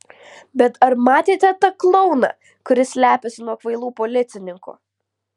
bet ar matėte tą klouną kuris slepiasi nuo kvailų policininkų